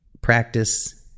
practice